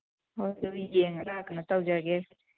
ꯍꯣꯏ ꯑꯗꯨ ꯌꯦꯡꯉꯒ ꯀꯩꯅꯣ ꯇꯧꯖꯒꯦ